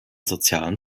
sozialen